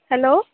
hello